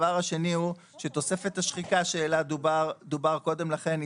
הדבר השני הוא שתוספת השחיקה שעליה דובר קודם לכן היא